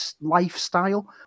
lifestyle